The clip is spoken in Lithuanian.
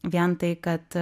vien tai kad